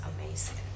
amazing